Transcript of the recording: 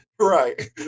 Right